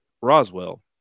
Roswell